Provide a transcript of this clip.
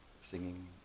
singing